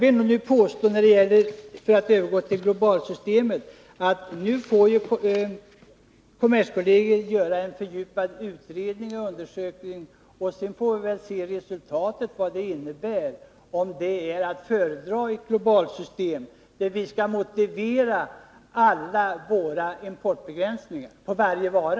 För att sedan övergå till globalsystemet anser jag att vi bör avvakta den utredning som kommerskollegium skall göra. Vi får se om resultatet blir att ett globalsystem är att föredra — ett system där vi skall motivera våra importbegränsningar på varje vara.